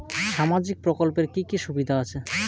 সামাজিক প্রকল্পের কি কি সুবিধা আছে?